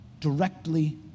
directly